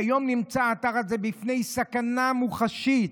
כיום נמצא האתר הזה בפני סכנה מוחשית,